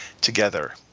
together